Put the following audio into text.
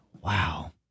wow